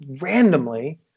randomly